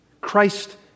Christ